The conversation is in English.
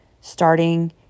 starting